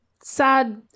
sad